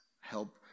help